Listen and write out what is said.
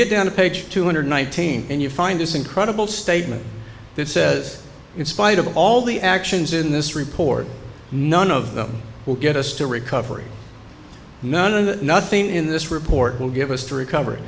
get down to page two hundred nineteen and you find this incredible statement that says it's spite of all the actions in this report none of them will get us to recovery none and nothing in this report will give us three cover